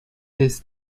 this